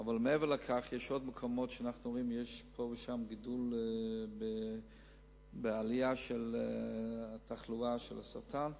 אבל יש עוד מקומות שאנחנו רואים שיש פה ושם גידול ועלייה בתחלואת סרטן,